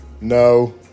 No